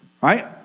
Right